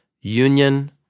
union